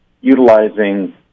utilizing